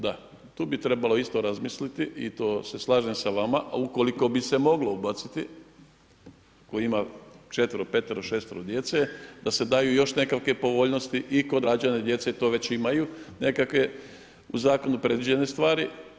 Da, tu bi trebalo isto razmisliti i to se slažem sa vama ukoliko bi se moglo ubaciti, tko ima 4, 5, 6 djece da se daju još nekakve povoljnosti i kod rađanja djece to već imaju nekakve u zakonu predviđene stvari.